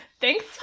Thanks